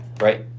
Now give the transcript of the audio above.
right